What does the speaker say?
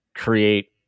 create